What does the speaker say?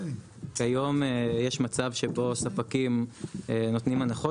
כיום יש מצב שבו ספק אם נותנים הנחות